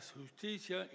justicia